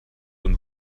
und